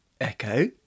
Echo